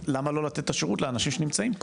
למה לא לתת את השירות לאנשים שנמצאים פה?